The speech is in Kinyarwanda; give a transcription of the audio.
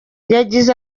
yagize